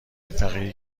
فقیری